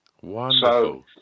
Wonderful